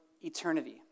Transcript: eternity